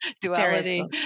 duality